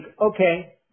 okay